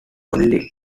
only